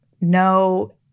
No